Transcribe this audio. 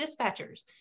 dispatchers